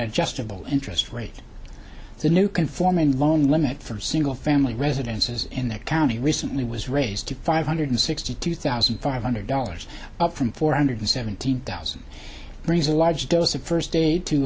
adjustable interest rate the new conforming loan limit for single family residences in their county recently was raised to five hundred sixty two thousand five hundred dollars up from four hundred seventeen thousand brings a large dose of first aid to